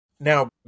Now